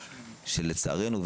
שלצערנו,